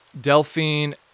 Delphine